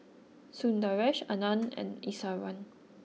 Sundaresh Anand and Iswaran